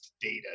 data